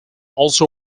also